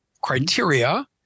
criteria